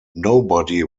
nobody